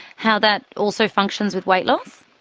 how that also functions with weight loss?